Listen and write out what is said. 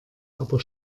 aber